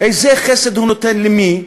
איזה חסד הוא נותן ולמי?